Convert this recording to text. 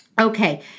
Okay